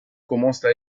commencent